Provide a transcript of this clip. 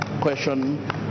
question